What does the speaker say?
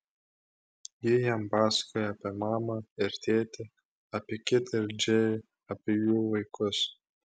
ji jam pasakoja apie mamą ir tėtį apie kitę ir džėjų apie jų vaikus